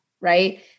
right